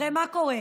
הרי מה קורה?